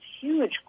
huge